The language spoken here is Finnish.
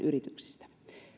yrityksistä